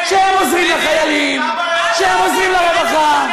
שהם עוזרים לחיילים, שהם עוזרים לרווחה.